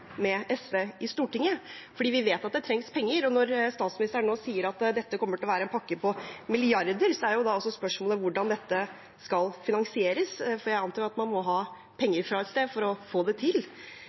med SV i Stortinget, for vi vet det trengs penger. Når statsministeren nå sier at det kommer til å være en pakke på milliarder, er spørsmålet hvordan dette skal finansieres, for jeg antar at man må ha